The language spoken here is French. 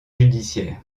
judiciaires